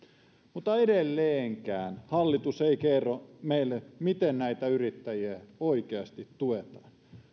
mutta edelleenkään hallitus ei kerro meille miten näitä yrittäjiä oikeasti tuetaan